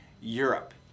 Europe